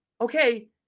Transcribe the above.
Okay